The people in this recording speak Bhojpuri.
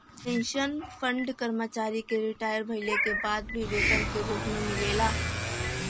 पेंशन फंड कर्मचारी के रिटायर भइले के बाद भी वेतन के रूप में मिलला